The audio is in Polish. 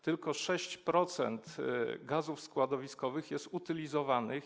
Tylko 6% gazów składowiskowych jest utylizowanych.